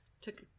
took